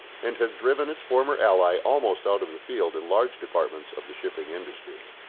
and has driven its former ally almost out of the field in large departments of the shipping industry.